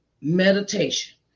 meditation